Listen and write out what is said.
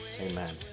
amen